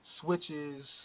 switches